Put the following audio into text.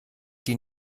die